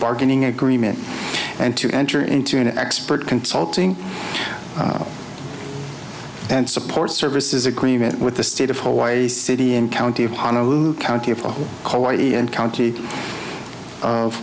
bargaining agreement and to enter into an expert consulting and support services agreement with the state of hawaii city and county of honolulu county of kawai and county of